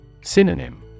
Synonym